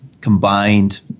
combined